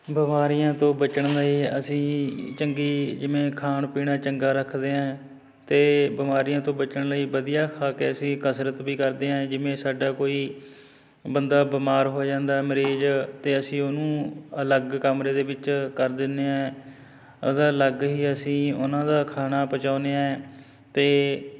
ਬਿਮਾਰੀਆਂ ਤੋਂ ਬਚਣ ਲਈ ਅਸੀਂ ਚੰਗੀ ਜਿਵੇਂ ਖਾਣ ਪੀਣਾ ਚੰਗਾ ਰੱਖਦੇ ਹੈ ਅਤੇ ਬਿਮਾਰੀਆਂ ਤੋਂ ਬਚਣ ਲਈ ਵਧੀਆ ਖਾ ਕੇ ਅਸੀਂ ਕਸਰਤ ਵੀ ਕਰਦੇ ਹਾਂ ਜਿਵੇਂ ਸਾਡਾ ਕੋਈ ਬੰਦਾ ਬਿਮਾਰ ਹੋ ਜਾਂਦਾ ਮਰੀਜ਼ ਤਾਂ ਅਸੀਂ ਉਹਨੂੰ ਅਲੱਗ ਕਮਰੇ ਦੇ ਵਿੱਚ ਕਰ ਦਿੰਦੇ ਹਾਂ ਉਹਦਾ ਅਲੱਗ ਹੀ ਅਸੀਂ ਉਹਨਾਂ ਦਾ ਖਾਣਾ ਪਹੁੰਚਾਉਂਦੇ ਹਾਂ ਅਤੇ